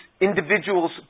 individual's